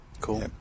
Cool